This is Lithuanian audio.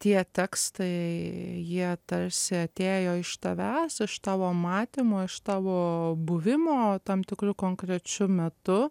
tie tekstai jie tarsi atėjo iš tavęs iš tavo matymo iš tavo buvimo tam tikru konkrečiu metu